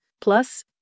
plus